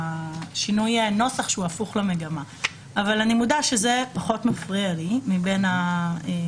זה נראה נקודה שאפשר לסגור אותה ואפשר לתאם אותה אולי